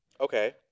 Okay